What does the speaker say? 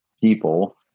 people